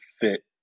fit